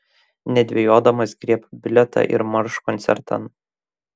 nedvejodamas griebk bilietą ir marš koncertan